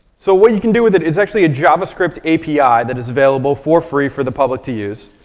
so, what you can do with it, it's actually a javascript api that is available for free for the public to use.